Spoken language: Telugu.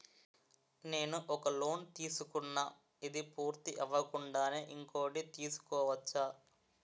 నేను ఒక లోన్ తీసుకున్న, ఇది పూర్తి అవ్వకుండానే ఇంకోటి తీసుకోవచ్చా?